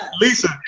Lisa